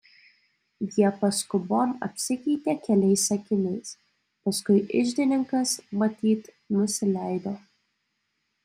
jie paskubom apsikeitė keliais sakiniais paskui iždininkas matyt nusileido